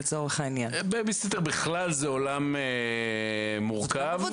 עולם בייביסיטר הוא מורכב.